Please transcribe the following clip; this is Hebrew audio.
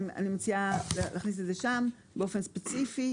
אני מציעה להכניס את זה שם באופן ספציפי